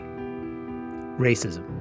racism